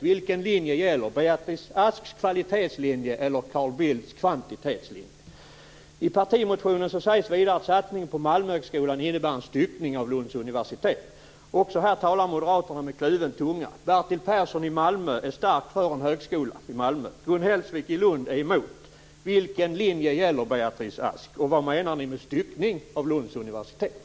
Vilken linje gäller, Beatrice Asks kvalitetslinje eller Carl Bildts kvantitetslinje? I partimotionen sägs det vidare att satsningen på Också i detta sammanhang talar Moderaterna med kluven tunga. Bertil Persson i Malmö är starkt för en högskola i Malmö. Gun Hellsvik i Lund är emot. Vilken linje gäller, Beatrice Ask, och vad menar ni med styckning av Lunds universitet?